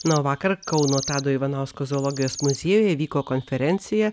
na o vakar kauno tado ivanausko zoologijos muziejuje vyko konferencija